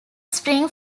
spring